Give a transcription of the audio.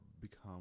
become